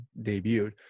debuted